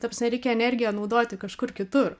ta prasme reikia energiją naudoti kažkur kitur